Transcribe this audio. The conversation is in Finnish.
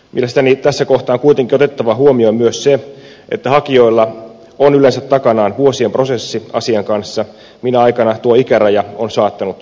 mielestäni tässä kohtaa on kuitenkin otettava huomioon myös se että hakijoilla on yleensä takanaan vuosien prosessi asian kanssa minä aikana tuo ikäraja on saattanut umpeutua